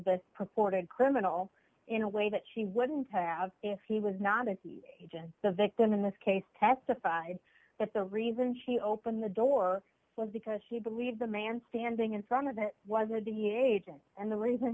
the purported criminal in a way that she wouldn't have if he was not an agent the victim in this case testified that the reason she opened the door was because she believed the man standing in front of it was a the agent and the reason